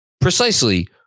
precisely